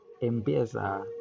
empieza